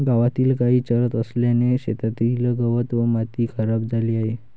गावातील गायी चरत असल्याने शेतातील गवत व माती खराब झाली आहे